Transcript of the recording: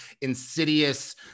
insidious